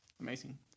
Amazing